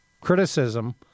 criticism